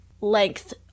length